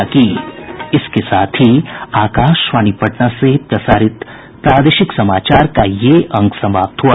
इसके साथ ही आकाशवाणी पटना से प्रसारित प्रादेशिक समाचार का ये अंक समाप्त हुआ